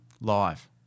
Live